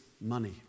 money